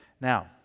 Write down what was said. Now